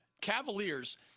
Cavaliers